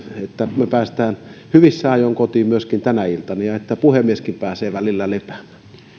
että pääsemme hyvissä ajoin kotiin myöskin tänä iltana ja että puhemieskin pääsee välillä lepäämään